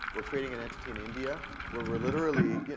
we're creating an entity in india, where we're literally. yeah